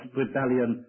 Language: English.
rebellion